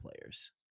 players